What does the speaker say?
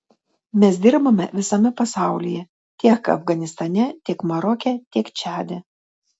mes dirbame visame pasaulyje tiek afganistane tiek maroke tiek čade